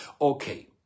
Okay